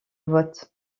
vote